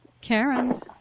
Karen